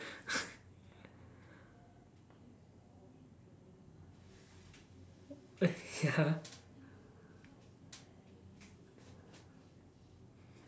ya